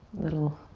little